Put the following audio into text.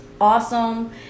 awesome